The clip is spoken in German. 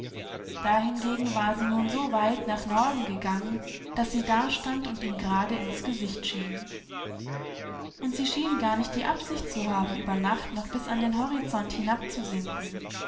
dahingegen war sie nun so weit nach nordengegangen daßsiedastandundihmgeradeinsgesichtschien undsie schien gar nicht die absicht zu haben über nacht noch bis an den horizont hinabzusinken